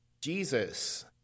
Jesus